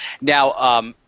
Now